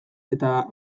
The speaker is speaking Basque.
eta